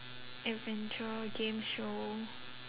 adventure game show